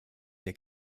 der